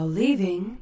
leaving